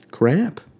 Crap